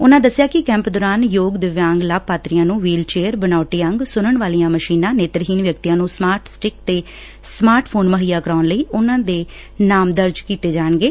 ਉਹਨਾਂ ਦੱਸਿਆ ਕਿ ਕੈੱਪ ਦੌਰਾਨ ਯੋਗ ਦਿਵਿਆਂਗ ਲਾਭਪਾਤਰੀਆਂ ਨੂੰ ਵੀਲੂ ਚੇਅਰ ਬਨਾਉਟੀ ਅੰਗ ਸੁਣਨ ਵਾਲੀਆਂ ਮਸ਼ੀਨਾਂ ਨੇਤਰਹੀਣ ਵਿਅਕਤੀਆਂ ਨੂੰ ਸਮਾਰਟ ਸਟਿੱਕ ਤੇ ਸਮਾਰਟ ਫੋਨ ਮੁਹੱਈਆ ਕਰਵਾਉਣ ਲਈ ਉਨੂਾ ਦੇ ਨਾਮ ਦਰਜ ਕੀਤੇ ਜਾਣਗੇ